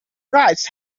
rides